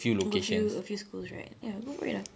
a few a few schools right go for it ah